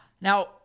Now